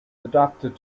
adapted